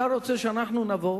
אתה רוצה שאנחנו נעבור